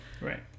right